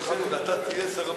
ואתה תהיה שר הבריאות.